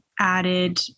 added